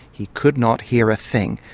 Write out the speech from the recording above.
he could not hear a thing,